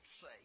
say